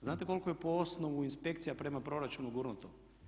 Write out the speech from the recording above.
Znate koliko je po osnovu inspekcija prema proračunu gurnuto?